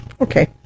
Okay